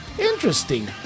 Interesting